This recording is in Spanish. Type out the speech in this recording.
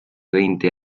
veinte